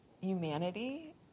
humanity